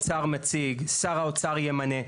האוצר מציג, שר האוצר ימנה.